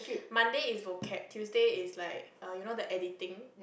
Monday is vocab Tuesday is like err you know the editing